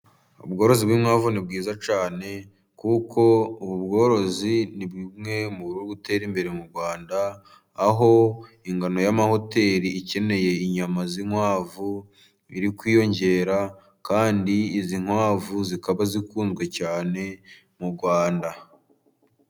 Ubworozi bw'inkwavu ni bwiza cyane ,kuko ubu bworozi ni bimwe mu biri gutera imbere mu Rwanda ,aho ingano y'amahoteli ikeneye inyama z'inkwavu biri kwiyongera kandi izi nkwavu zikaba zikunzwe cyane mu Rwanda.